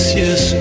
yes